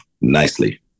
nicely